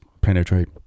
penetrate